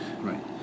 Right